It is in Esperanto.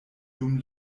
dum